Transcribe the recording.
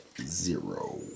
zero